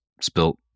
spilt